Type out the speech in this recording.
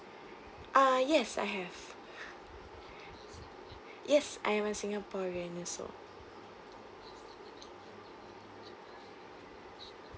ah yes I have yes I am a singaporean also